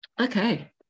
Okay